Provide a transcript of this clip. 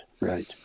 right